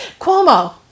Cuomo